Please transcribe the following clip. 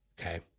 Okay